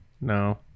no